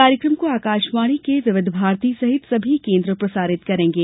कार्यक्रम को आकाशवाणी के विविध भारती सहित सभी केन्द्र प्रसारित करेंगे